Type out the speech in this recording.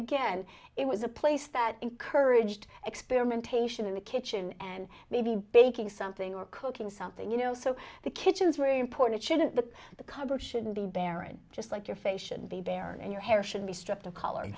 again it was a place that encouraged experimentation in the kitchen and maybe baking something or cooking something you know so the kitchen is very important shouldn't the the cupboard shouldn't be barren just like your face should be barren and your hair should be stripped of color